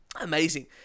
amazing